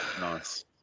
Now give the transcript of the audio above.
nice